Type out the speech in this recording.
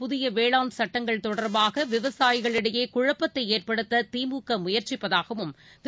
புதியவேளாண் மத்தியஅரசின் சட்டங்கள் தொடர்பாக விவசாயிகளிடையேகுழப்பத்தைஏற்படுத்ததிமுகமுயற்சிப்பதாகவும் திரு